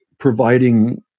Providing